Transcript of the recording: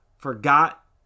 Forgot